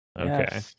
Okay